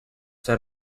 set